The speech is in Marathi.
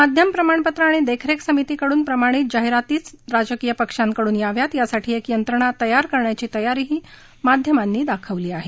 माध्यम प्रमाणपत्र आणि देखरेख समितीकडून प्रमाणित जाहिरातीचं राजकीय पक्षांकडून याव्यात यासाठी एक यंत्रणा तयार करण्याची तयारीही माध्यमांनी दाखवली आहे